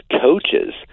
coaches